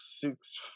six